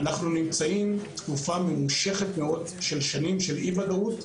אנחנו נמצאים תקופה ממושכת מאוד של שנים של אי ודאות,